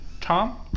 Tom